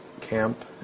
camp